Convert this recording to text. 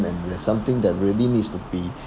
and there's something that really needs to be